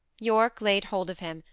yorke laid hold of him,